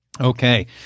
Okay